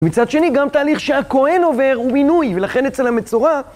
מצד שני, גם תהליך שהכהן עובר הוא מינוי, ולכן אצל המצורע...